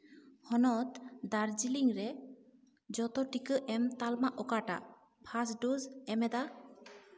ᱦᱚᱱᱚᱛ ᱫᱟᱨᱡᱤᱞᱤᱝ ᱨᱮ ᱡᱚᱛᱚ ᱴᱤᱠᱟᱹ ᱮᱢ ᱛᱟᱞᱢᱟ ᱚᱠᱟᱴᱟᱜ ᱯᱷᱟᱥᱴ ᱰᱳᱥ ᱮᱢᱮᱫᱟ